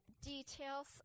details